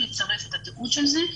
לצרף את התיעוד של זה,